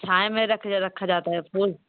छाया में रखा जाता है फूल